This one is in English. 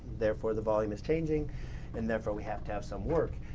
therefore the volume is changing and therefore we have to have some work.